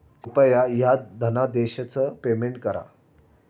कृपया ह्या धनादेशच पेमेंट करा